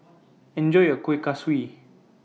Enjoy your Kuih Kaswi